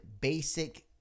basic